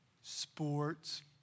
sports